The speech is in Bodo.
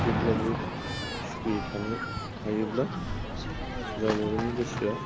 जेब्लाबो सुखि थानो हायोब्ला गावबा गावनि गोसोआ